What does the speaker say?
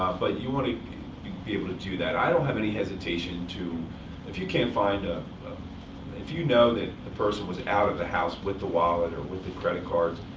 but you want to be able to do that. i don't have any hesitation to if you can find a if you know that the person was out of the house with the wallet, or with the credit cards,